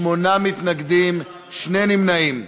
שמונה מתנגדים, שני נמנעים.